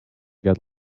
get